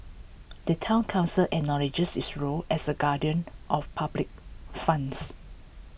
the Town Council acknowledges its role as A guardian of public funds